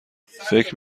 فکر